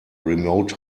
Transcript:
remote